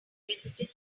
visited